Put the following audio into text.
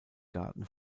garten